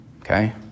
Okay